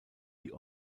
die